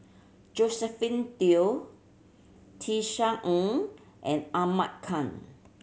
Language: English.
Josephine Teo Tisa Ng and Ahmad Khan